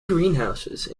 greenhouses